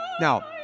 Now